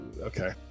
Okay